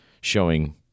showing